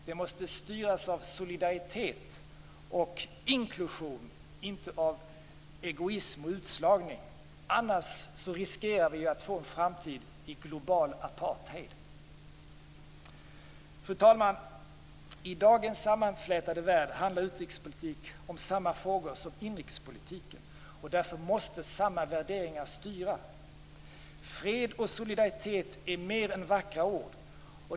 Den måste styras av solidaritet och inklusion, inte av egoism och utslagning, för annars riskerar vi att få en framtid i global apartheid. Fru talman! I dagens sammanflätade värld handlar utrikespolitiken om samma frågor som inrikespolitiken. Därför måste samma värderingar styra. Fred och solidaritet är mer än vackra ord.